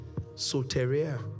Soteria